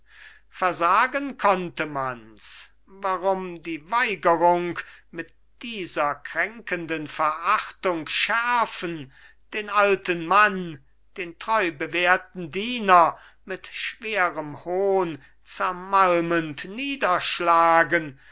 versagen konnte mans warum die weigerung mit dieser kränkenden verachtung schärfen den alten mann den treu bewährten diener mit schwerem hohn zermalmend niederschlagen